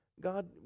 God